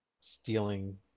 stealing